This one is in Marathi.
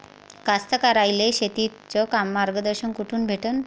कास्तकाराइले शेतीचं मार्गदर्शन कुठून भेटन?